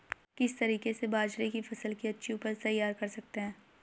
किस तरीके से बाजरे की फसल की अच्छी उपज तैयार कर सकते हैं?